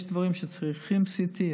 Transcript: יש דברים שצריכים בהם CT,